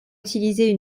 utiliser